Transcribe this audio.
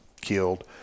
killed